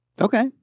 Okay